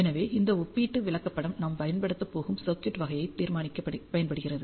எனவே இந்த ஒப்பீட்டு விளக்கப்படம் நாம் பயன்படுத்தப் போகும் சர்க்யூட் வகையை தீர்மானிக்கி பயன்படுகிறது